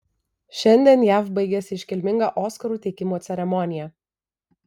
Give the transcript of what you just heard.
šiandien jav baigėsi iškilminga oskarų teikimo ceremonija